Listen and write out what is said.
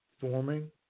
Forming